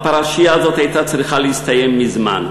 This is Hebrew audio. הפרשייה הזאת הייתה צריכה להסתיים מזמן,